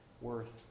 worth